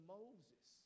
Moses